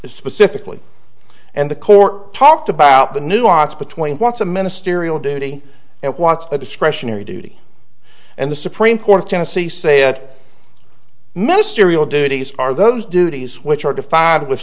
specifically and the court talked about the nuance between what's a ministerial duty it wants a discretionary duty and the supreme court of tennessee said mystery all duties are those duties which are defied with